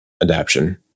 adaption